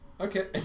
Okay